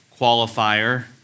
qualifier